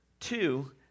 two